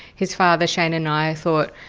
his father shane and i thought,